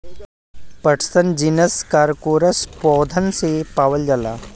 पटसन genus Corchorus पौधन से पावल जाला